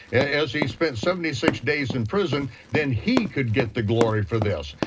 as he spent seventy six days in prison, then he could get the glory for this,